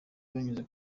banyuze